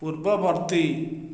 ପୂର୍ବବର୍ତ୍ତୀ